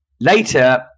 Later